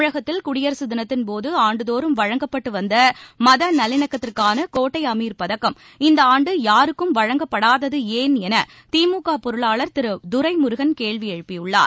தமிழகத்தில் குடியரசு தினத்தின் போது ஆண்டுதோறும் வழங்கப்பட்ட வந்த மத நல்லிணகத்திற்கான கோட்டை அமீர் பதக்கம் இந்த ஆண்டு யாருக்கும் வழங்கப்படாதது ஏன் என திமுக பொருளாளர் திரு துரைமுருகன் கேள்வி எழுப்பியுள்ளார்